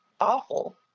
awful